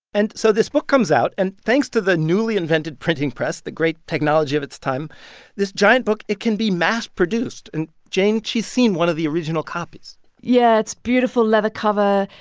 and so this book comes out. and thanks to the newly invented printing press the great technology of its time this giant book, it can be mass produced. and jane, she's seen one of the original copies yeah, it's a beautiful leather cover.